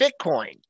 Bitcoin